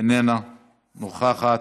איננה נוכחת,